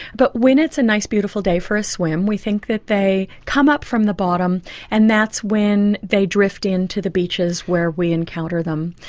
but when it's a nice beautiful day for a swim we think that they come up from the bottom and that's when they drift in to the beaches where we encounter them.